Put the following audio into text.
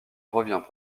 revient